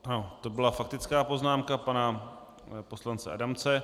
Ano, to byla faktická poznámka pana poslance Adamce.